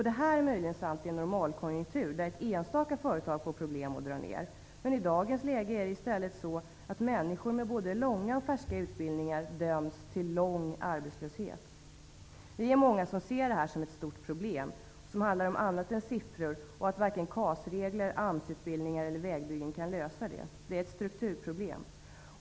Detta är möjligen sant i en normalkonjuktur, där ett enstaka företag får problem och måste dra ner. I dagens läge är det i stället så att människor med både långa och färska utbildningar döms till långvarig arbetslöshet. Vi är många som ser detta som ett stort problem som handlar om mer än bara arbetslöshetssiffror. Varken KAS-regler, AMS-utbildning eller vägbyggen kan lösa det problemet. Det är ett strukturproblem.